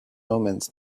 omens